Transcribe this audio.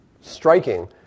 striking